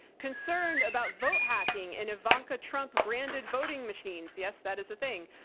concerned about vote hacking and ivanka trump branded voting machines? yes, that is a thing.